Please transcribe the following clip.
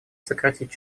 сократить